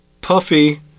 puffy